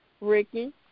Ricky